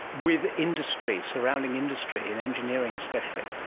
with industry, surrounding industry, and engineering especially.